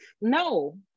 no